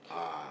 uh